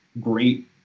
great